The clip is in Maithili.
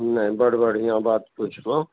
नहि बड बढ़िआँ बात पुछलहुँ